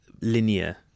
linear